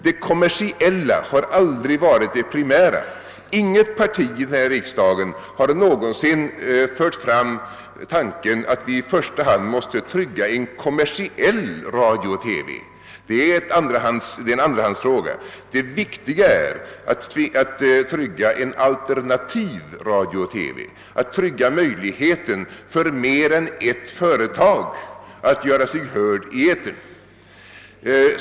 Det kommersiella motivet har aldrig varit det primära. Inget parti här i landet har någonsin fört fram tanken, att vi i första hand måste trygga en kommersiell radio och TV — det är en andrahandsfråga. Det viktiga är att trygga en alternativ radio och "TV, att säkra möjligheten för mer än ett företag att göra sig hört i etern.